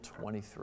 23